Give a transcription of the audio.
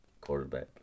quarterback